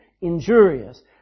injurious